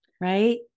Right